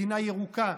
מדינה ירוקה,